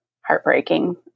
heartbreaking